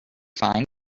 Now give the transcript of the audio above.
find